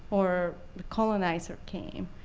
or the colonizer came.